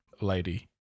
lady